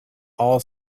all